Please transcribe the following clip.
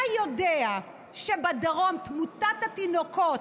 אתה יודע שבדרום תמותת התינוקות